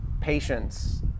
patience